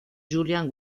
julian